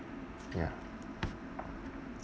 ya